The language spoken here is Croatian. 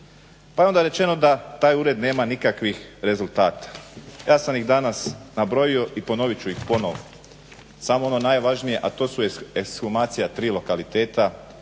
Pa je onda rečeno da taj ured nema nikakvih rezultata. Ja sam ih danas nabrojio i ponovit ću ih ponovo, samo ono najvažnije, a to su ekshumacija tri lokaliteta,